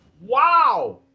Wow